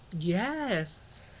Yes